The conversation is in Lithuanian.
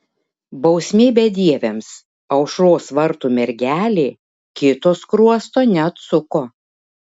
bausmė bedieviams aušros vartų mergelė kito skruosto neatsuko